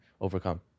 overcome